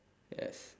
yes